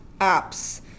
apps